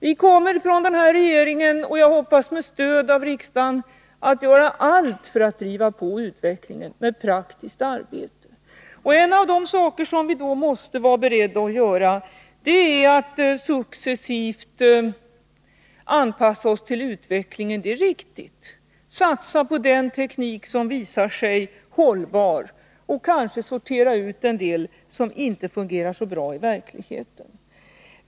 Vi kommer från den här regeringens sida — med stöd av riksdagen, hoppas jag — att göra allt för att driva på utvecklingen med praktiskt arbete. Det är riktigt att vi måste vara beredda att successivt anpassa oss till utvecklingen, satsa på den teknik som visar sig hållbar och kanske sortera ut en del som inte fungerar så bra i verkligheten.